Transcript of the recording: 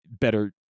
better